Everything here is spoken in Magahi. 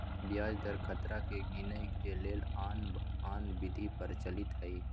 ब्याज दर खतरा के गिनेए के लेल आन आन विधि प्रचलित हइ